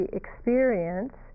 experience